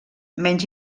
menys